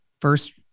first